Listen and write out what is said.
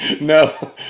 No